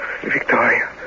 Victoria